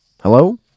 Hello